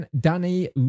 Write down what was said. Danny